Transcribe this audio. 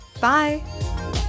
Bye